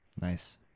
Nice